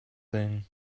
thing